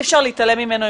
אי אפשר להתעלם ממנו,